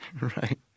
Right